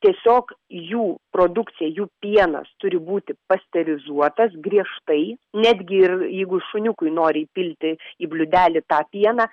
tiesiog jų produkcija jų pienas turi būti pasterizuotas griežtai netgi ir jeigu šuniukui nori įpilti į bliūdelį tą pieną